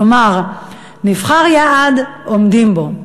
כלומר, נבחר יעד, עומדים בו.